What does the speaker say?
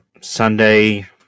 Sunday